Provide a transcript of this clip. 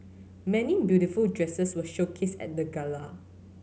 many beautiful dresses were showcased at the gala